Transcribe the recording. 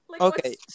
Okay